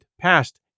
passed